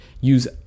use